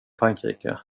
frankrike